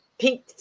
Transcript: pink